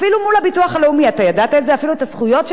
אפילו את הזכויות שלהם מול הביטוח הלאומי הם צריכים